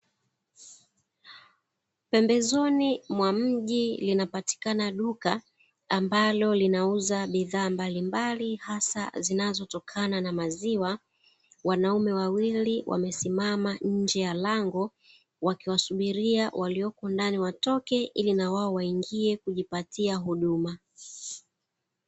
Pembezoni mwa mji, linapatikana duka, ambalo linauza bidhaa mbalimbali, hasa zinazotokana na maziwa, wanaume wawili, wamesimama nje ya lango, wakiwasubiria waliopo ndani watoke, ili na wao waingie, kujipatia huduma.